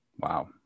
Wow